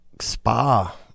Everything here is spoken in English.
spa